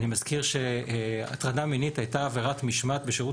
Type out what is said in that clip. אני מזכיר שהטרדה מינית הייתה עבירת משמעת בשירות